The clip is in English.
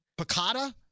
Piccata